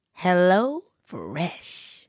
HelloFresh